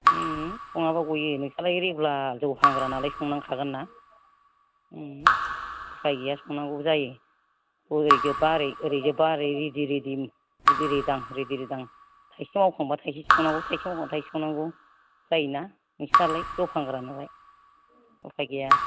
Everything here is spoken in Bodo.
सङाबा गयो नोंस्रालाय रेगुलार जौ फानग्रा नालाय संनांखागोनना उफाय गैया संनांगौबो जायो ओरै जोबबा ओरै ओरै जोबबा ओरै रेदि रिदिम रिदि रिदां थायसे मावखांबा थायसे थायसे मावखांबा थायसे संनांगौ जायोना नोंसोरनालाय जौ फानग्रा नालाय उफाय गैया